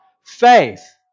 Faith